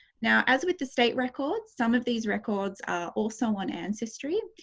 now, as with the state records, some of these records are also on ancestry,